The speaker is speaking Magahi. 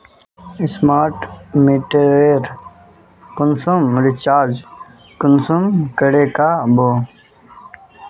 स्मार्ट मीटरेर कुंसम रिचार्ज कुंसम करे का बो?